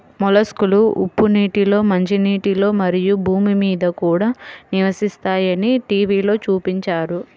మొలస్క్లు ఉప్పు నీటిలో, మంచినీటిలో, మరియు భూమి మీద కూడా నివసిస్తాయని టీవిలో చూపించారు